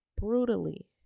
brutally